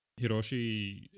Hiroshi